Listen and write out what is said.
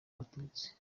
abatutsi